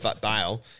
bail